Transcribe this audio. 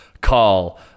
call